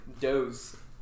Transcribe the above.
Dose